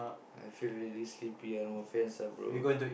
I feel really sleepy ah no offense ah bro